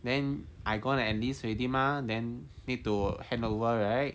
then I'm going to enlist already mah then need to hand over right